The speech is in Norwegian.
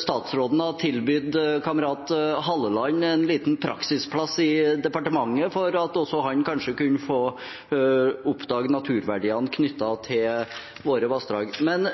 statsråden ha tilbudt kamerat Halleland en liten praksisplass i departementet for at også han kanskje kunne få oppdage naturverdiene knyttet til våre vassdrag. Men